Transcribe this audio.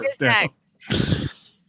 next